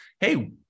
hey